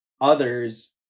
others